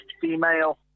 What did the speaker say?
female